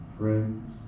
friends